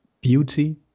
beauty